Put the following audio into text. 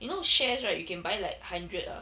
you know shares right you can buy like hundred ah